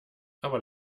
aber